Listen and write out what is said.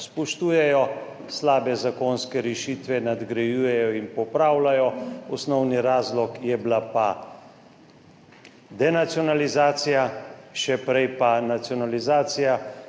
spoštujejo, slabe zakonske rešitve nadgrajujejo in popravljajo, osnovni razlog je bila pa denacionalizacija, še prej pa nacionalizacija,